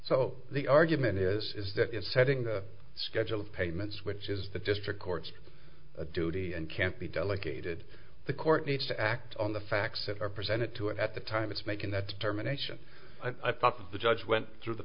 so the argument is that in setting the schedule of payments which is the district courts a duty and can't be delegated the court needs to act on the facts that are presented to it at the time it's making that determination i thought the judge went through the